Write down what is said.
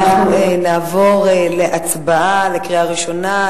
אנחנו נעבור להצבעה בקריאה ראשונה,